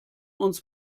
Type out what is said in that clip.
uns